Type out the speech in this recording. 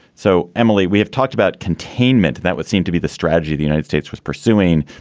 so, emily, we have talked about containment. that would seem to be the strategy the united states was pursuing,